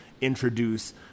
introduce